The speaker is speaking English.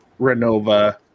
Renova